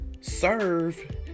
serve